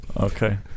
Okay